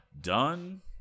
done